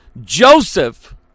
Joseph